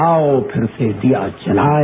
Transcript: आओ फिर से दीया जलाएं